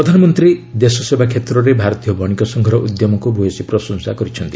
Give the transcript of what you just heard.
ପ୍ରଧାନମନ୍ତ୍ରୀ ଦେଶସେବା କ୍ଷେତ୍ରରେ ଭାରତୀୟ ବଣିକ ସଂଘର ଉଦ୍ୟମକୁ ଭୂୟସୀ ପ୍ରଶଂସା କରିଛନ୍ତି